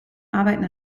arbeiten